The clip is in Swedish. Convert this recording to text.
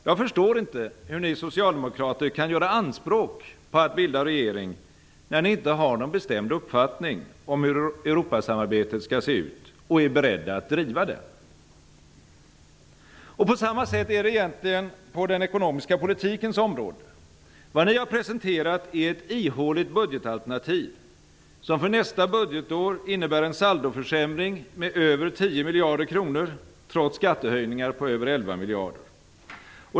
Jag förstår inte hur ni socialdemokrater kan göra anspråk på att bilda regering, när ni inte har någon bestämd uppfattning om hur Europasamarbetet skall se ut och är beredda att driva den. På samma sätt är det egentligen på den ekonomiska politikens område. Vad ni har presenterat är ett ihåligt budgetalternativ, som för nästa budgetår innebär en saldoförsämring med över 10 miljarder kronor trots skattehöjningar på över 11 miljarder.